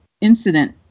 incident